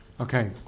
Okay